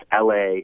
LA